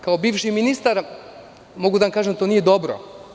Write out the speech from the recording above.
Kao bivši ministar, mogu da vam kažem da to nije dobro.